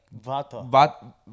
vato